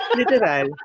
literal